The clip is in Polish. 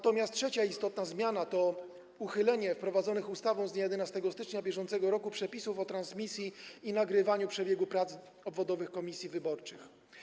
Trzecia istotna zmiana to uchylenie wprowadzonych ustawą z dnia 11 stycznia br. przepisów o transmisji i nagrywaniu przebiegu prac obwodowych komisji wyborczych.